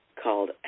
called